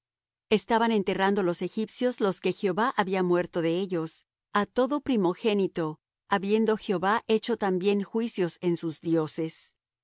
estaban enterrando los egipcios los que jehová había muerto de ellos á todo primogénito habiendo jehová hecho también juicios en sus dioses